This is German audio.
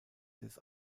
des